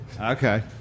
Okay